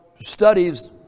studies